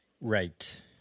right